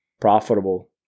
profitable